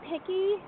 picky